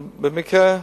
אבל במקרה,